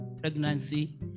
pregnancy